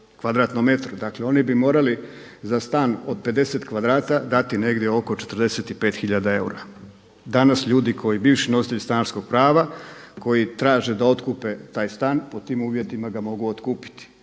kvadratnom metru. Dakle oni bi morali za stan od 50 kvadrata dati negdje oko 45 tisuća eura. Danas ljudi bivši nositelji stanarskog prava koji traže da otkupe taj stan pod tim uvjetima ga mogu otkupiti